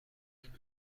این